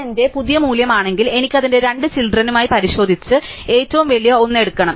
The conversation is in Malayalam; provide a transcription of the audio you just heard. ഇത് എന്റെ പുതിയ മൂല്യമാണെങ്കിൽ എനിക്ക് അതിന്റെ രണ്ട് കുട്ടികളുമായി പരിശോധിച്ച് ഏറ്റവും വലിയ ഒന്ന് എടുക്കണം